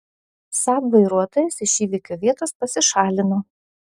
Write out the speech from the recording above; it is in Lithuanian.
saab vairuotojas iš įvykio vietos pasišalino